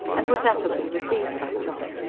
and was affably received by john,